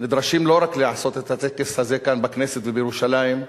נדרשים לא רק לעשות את הטקס הזה כאן בכנסת ובירושלים,